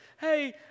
Hey